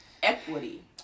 Equity